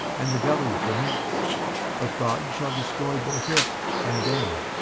and the belly for meats but god shall destroy both it and them.